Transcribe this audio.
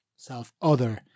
self-other